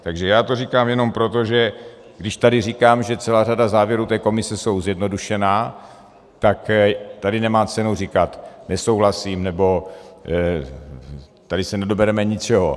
Takže já to říkám jenom proto, že když tady říkám, že celá řada závěrů té komise jsou zjednodušená, tak tady nemá cenu říkat nesouhlasím, nebo tady se nedobereme ničeho.